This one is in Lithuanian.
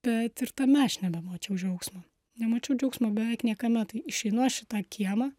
bet ir tame aš nebemačiau džiaugsmo nemačiau džiaugsmo beveik niekame tai išeinu aš į tą kiemą